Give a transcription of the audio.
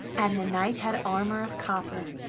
and the knight had armor of copper,